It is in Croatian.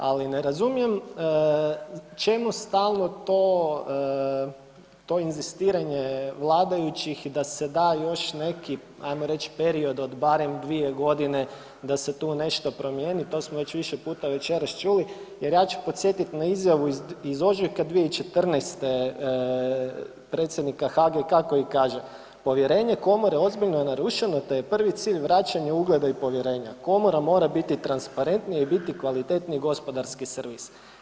Ali ne razumijem čemu stalno to, to inzistiranje vladajućih da se da još neki ajmo reći period od barem 2 godine da se tu nešto promijeni, to smo već više puta večeras čuli, jer ja ću podsjetiti na izjavu iz ožujka 2014. predsjednika HGK koji kaže, povjerenje komore ozbiljno je narušeno te je prvi cilj vraćanje ugleda i povjerenja, komora mora biti transparentnija i biti kvalitetniji gospodarski servis.